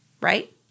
right